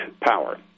power